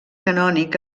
canònic